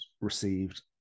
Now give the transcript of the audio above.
received